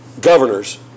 governors